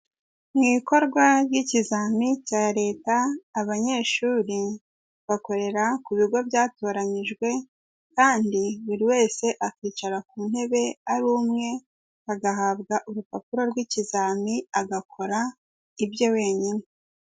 Mu ikorwa ry'ikizamini cya Leta, abanyeshuri bakorera ku bigo byatoranyijwe, kandi buri wese akicara ku ntebe ari umwe, agahabwa urupapuro rw'ikizami, agakora ibye wenyine.